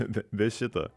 be be šito